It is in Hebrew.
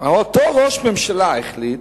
אותו ראש ממשלה החליט,